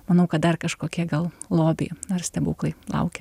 manau kad dar kažkokie gal lobiai ar stebuklai laukia